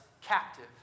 captive